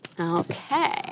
Okay